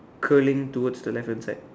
curling towards the left hand side